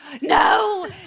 No